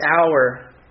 hour